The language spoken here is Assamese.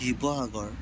শিৱসাগৰ